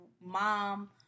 mom